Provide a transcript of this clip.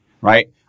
right